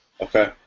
Okay